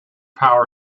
power